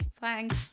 Thanks